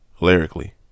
lyrically